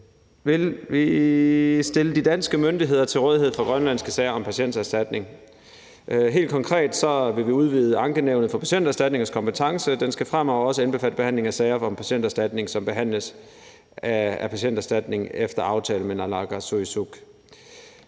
vil vi stille de danske myndigheder til rådighed for grønlandske sager om patienterstatning. Helt konkret vil vi udvide Ankenævnet for Patienterstatningens kompetence. Den skal fremover også indbefatte behandlingen af klager i sager, som Ankenævnet for Patienterstatningen behandler efter aftale med naalakkersuisut